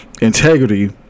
Integrity